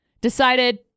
decided